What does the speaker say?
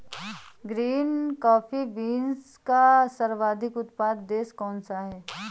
Green coffee beans का सर्वाधिक उत्पादक देश कौन सा है?